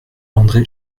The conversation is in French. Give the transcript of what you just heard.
andré